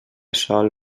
sol